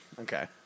Okay